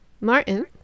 Martin